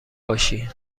باشی